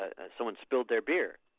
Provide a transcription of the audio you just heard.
ah someone spill their beer.